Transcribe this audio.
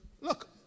look